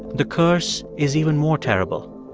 the curse is even more terrible.